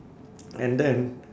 and then